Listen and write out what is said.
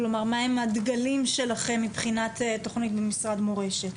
מהם הדגלים שלכם מבחינת תכניות במשרד מורשת.